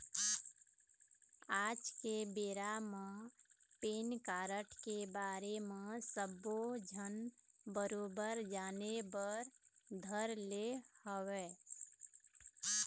आज के बेरा म पेन कारड के बारे म सब्बो झन बरोबर जाने बर धर ले हवय